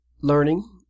learning